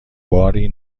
باری